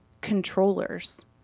controllers